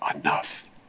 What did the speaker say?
enough